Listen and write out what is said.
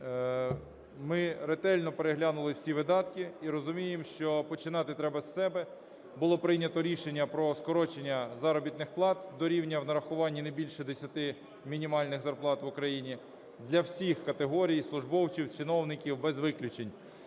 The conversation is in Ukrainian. ми ретельно переглянули всі видатки, і розуміємо, що починати треба з себе. Було прийнято рішення про скорочення заробітних плат до рівня в нарахуванні не більше 10 мінімальних зарплат в Україні для всіх категорій і службовців, і чиновників без виключень.